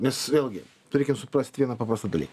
nes vėlgi reikia suprast vieną paprastą dalyką